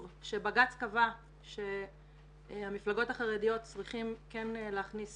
שבג"ץ קבע שהמפלגות החרדיות צריכות כן להכניס